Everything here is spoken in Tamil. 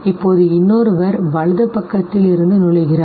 இப்போது இன்னொருவர் வலது பக்கத்திலிருந்து நுழைகிறார்